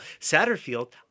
Satterfield